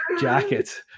jackets